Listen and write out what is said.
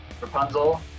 Rapunzel